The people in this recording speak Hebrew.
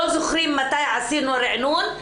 לא זוכרים מתי עשינו ריענון.